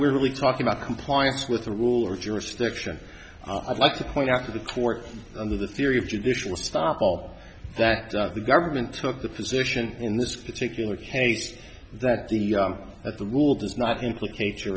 we're really talking about compliance with the rule or jurisdiction i'd like to point out to the court under the theory of judicial stop all that the government took the position in this particular case that the at the rule does not implicate you